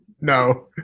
No